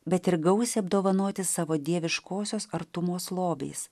bet ir gausiai apdovanoti savo dieviškosios artumos lobiais